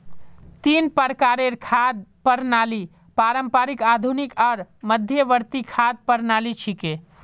तीन प्रकारेर खाद्य प्रणालि पारंपरिक, आधुनिक आर मध्यवर्ती खाद्य प्रणालि छिके